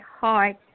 heart